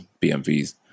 BMVs